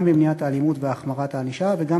גם במניעת האלימות והחמרת הענישה וגם